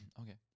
Okay